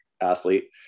athlete